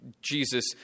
Jesus